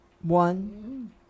one